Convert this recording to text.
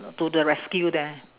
to the rescue there